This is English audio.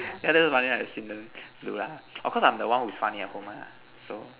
yeah that's the funniest thing I've seen them do lah of course I'm the one who's funny at home lah so